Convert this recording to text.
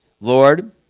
Lord